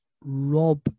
Rob